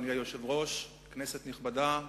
אדוני היושב-ראש, כנסת נכבדה,